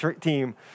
team